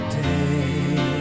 day